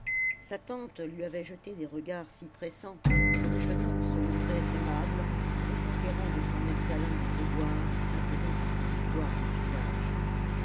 sa tante lui avait jeté des regards si pressants que le jeune homme se montrait aimable reconquérant de son air câlin les grégoire atterrés par ses histoires de pillage